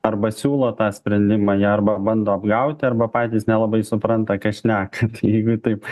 arba siūlo tą sprendimą arba bando apgauti arba patys nelabai supranta ką šneka tai jeigu taip